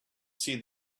see